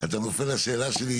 אתה נופל לשאלה שלי,